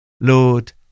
Lord